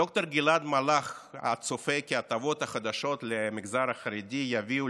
ד"ר גלעד מלאך צופה כי ההטבות החדשות למגזר החרדי יביאו